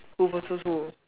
who versus who